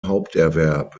haupterwerb